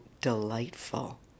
delightful